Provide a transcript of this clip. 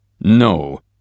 No